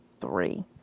three